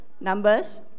Numbers